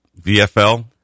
VFL